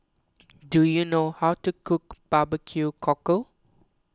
do you know how to cook Barbecue Cockle